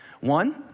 One